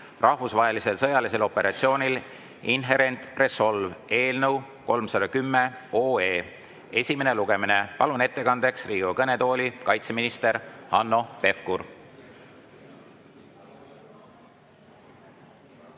rahvusvahelisel sõjalisel operatsioonil Inherent Resolve" eelnõu 310 esimene lugemine. Palun ettekandeks Riigikogu kõnetooli kaitseminister Hanno Pevkuri.